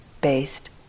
based